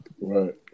Right